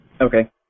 Okay